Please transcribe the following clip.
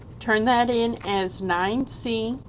turn that in as nine c,